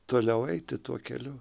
toliau eiti tuo keliu